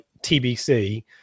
TBC